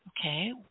Okay